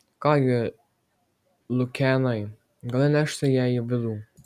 ką gi lukianai gali nešti ją į vidų